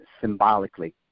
symbolically